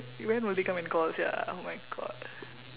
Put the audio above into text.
when will they come and call sia oh my god